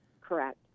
correct